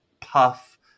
puff